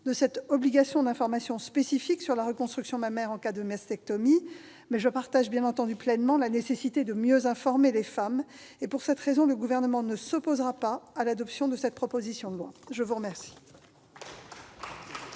de cette obligation d'information spécifique sur la reconstruction mammaire en cas de mastectomie. Mais je partage bien entendu pleinement la nécessité de mieux informer les femmes. Pour cette raison, le Gouvernement ne s'opposera pas à l'adoption de la présente proposition de loi. La parole